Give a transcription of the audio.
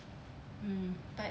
mm